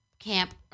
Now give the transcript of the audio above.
Camp